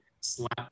slap